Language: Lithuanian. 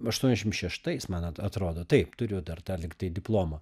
aštuoniasdešim šeštais man at atrodo taip turiu dar lygtai diplomą